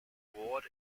ward